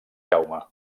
jaume